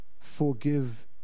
forgive